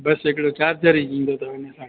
बसि हिकिड़ो चार्जर ईंदो अथव हिन सां गॾु